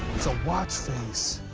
it's a watch face.